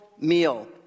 meal